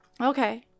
Okay